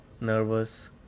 nervous